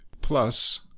plus